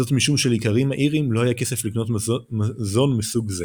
זאת משום שלאיכרים האיריים לא היה כסף לקנות מזון מסוג זה.